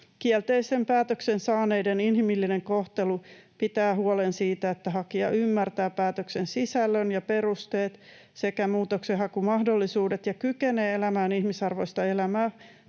Kielteisen päätöksen saaneiden inhimillinen kohtelu pitää huolen siitä, että hakija ymmärtää päätöksen sisällön ja perusteet sekä muutoksenhakumahdollisuudet ja kykenee elämään ihmisarvoista elämää